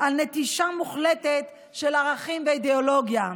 על נטישה מוחלטת של ערכים ואידיאולוגיה.